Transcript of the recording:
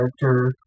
character